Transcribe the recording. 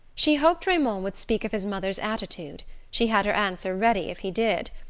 she hoped raymond would speak of his mother's attitude she had her answer ready if he did!